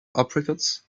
apricots